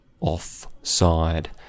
offside